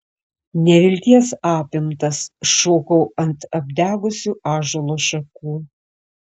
nevilties apimtas šokau ant apdegusių ąžuolo šakų